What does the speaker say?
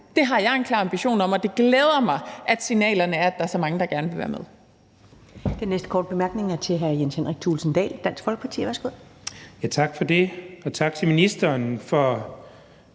Det har jeg en klar ambition om, og det glæder mig, at signalerne er, at der er så mange, der gerne vil være med.